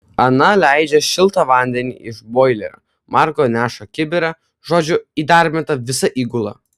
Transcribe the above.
ana leidžia šiltą vandenį iš boilerio margo neša kibirą žodžiu įdarbinta visa įgula